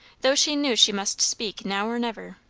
though she knew she must speak now or never,